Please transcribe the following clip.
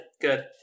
Good